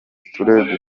turere